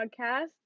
podcast